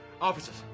Officers